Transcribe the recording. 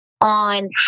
on